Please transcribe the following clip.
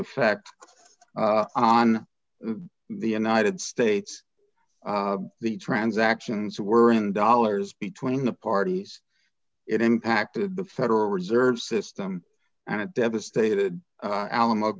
effect on the united states the transactions were in dollars between the parties it impacted the federal reserve system and it devastated alamo